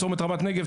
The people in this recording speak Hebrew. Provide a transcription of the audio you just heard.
צומת רמת הנגב,